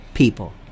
people